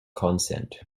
consent